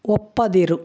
ಒಪ್ಪದಿರು